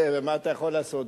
ומה אתה יכול לעשות?